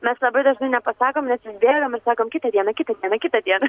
mes labai dažnai nepasakom nes vis bėgam ir sakom kitą dieną kitą dieną kitą dieną